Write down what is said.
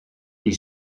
die